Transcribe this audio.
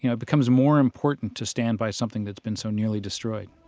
you know it becomes more important to stand by something that's been so nearly destroyed